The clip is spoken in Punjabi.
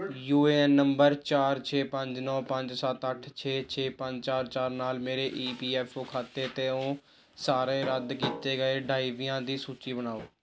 ਯੂ ਏ ਐਨ ਨੰਬਰ ਚਾਰ ਛੇ ਪੰਜ ਨੌਂ ਪੰਜ ਸੱਤ ਅੱਠ ਛੇ ਛੇ ਪੰਜ ਚਾਰ ਚਾਰ ਨਾਲ ਮੇਰੇ ਈ ਪੀ ਐਫ ਓ ਖਾਤੇ ਤੋਂ ਸਾਰੇ ਰੱਦ ਕੀਤੇ ਗਏ ਦਾਅਵਿਆਂ ਦੀ ਸੂਚੀ ਬਣਾਓ